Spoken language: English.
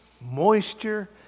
moisture